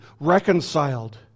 reconciled